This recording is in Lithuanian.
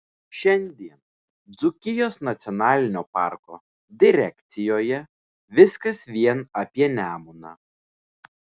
šiandien dzūkijos nacionalinio parko direkcijoje viskas vien apie nemuną